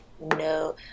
no